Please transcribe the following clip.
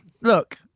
Look